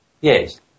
Yes